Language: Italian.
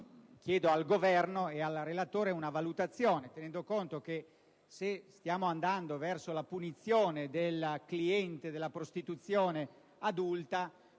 Chiedo al Governo e al relatore una valutazione, tenendo conto che, se stiamo andando verso la punizione del cliente della prostituzione adulta,